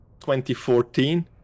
2014